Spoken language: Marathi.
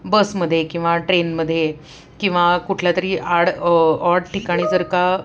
बसमध्ये किंवा ट्रेनमध्ये किंवा कुठल्यातरी आड ऑड ठिकाणी जर का